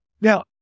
Now